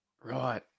Right